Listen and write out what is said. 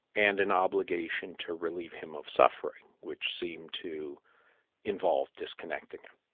and an obligation to relieve him of suffering, which seemed to involve disconnecting him.